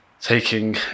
taking